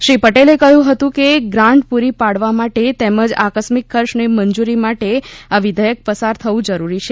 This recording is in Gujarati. શ્રી પટેલે કહ્યું હતું કે ગ્રાન્ટ પ્રી પાડવા માટે તેમજ આકસ્મિક ખર્ચને મંજુરી માટે આ વિઘેયક પસાર થવું જરૂરી છે